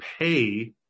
pay